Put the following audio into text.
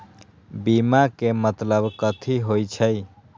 बीमा के मतलब कथी होई छई?